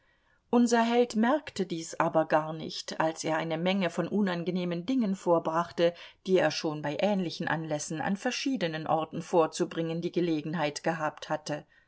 unser held merkte dies aber gar nicht als er eine menge von unangenehmen dingen vorbrachte die er schon bei ähnlichen anlässen an verschiedenen orten vorzubringen die gelegenheit gehabt hatte